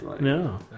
No